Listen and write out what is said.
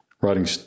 writing